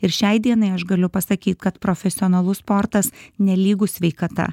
ir šiai dienai aš galiu pasakyt kad profesionalus sportas nelygu sveikata